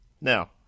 Now